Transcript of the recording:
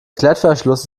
klettverschluss